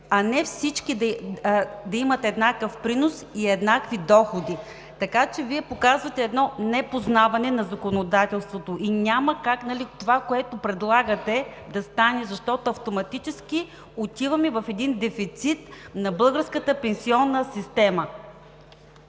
а не всички да имат еднакъв принос и еднакви доходи. Вие показвате едно непознаване на законодателството и няма как това, което предлагате, да стане, защото автоматично отиваме в един дефицит на българската пенсионна система.